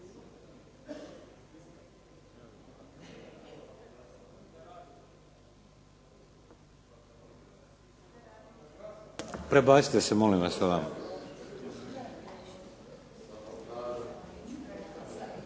Prebacite se molim vas ovamo.